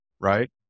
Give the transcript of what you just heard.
right